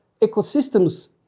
ecosystems